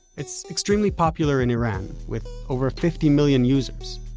it's extremely popular in iran, with over fifty million users,